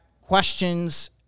questions